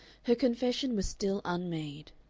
her confession was still unmade.